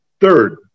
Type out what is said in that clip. Third